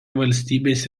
valstybės